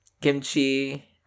kimchi